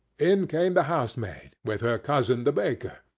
in came the housemaid, with her cousin, the baker.